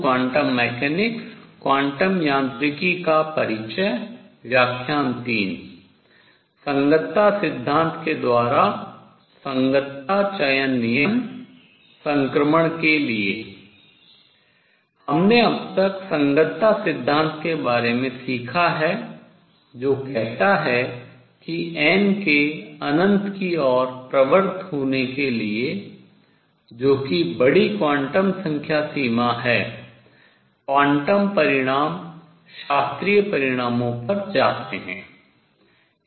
हमने अब तक संगतता सिद्धांत के बारे में सीखा है जो कहता है कि n के अनंत की ओर प्रवृत्त होने के लिए जो कि बड़ी क्वांटम संख्या सीमा है क्वांटम परिणाम शास्त्रीय परिणामों पर जाते हैं